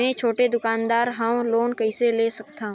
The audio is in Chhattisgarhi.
मे छोटे दुकानदार हवं लोन कइसे ले सकथव?